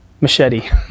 machete